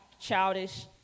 childish